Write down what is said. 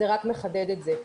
זה רק מחדד את זה.